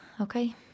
okay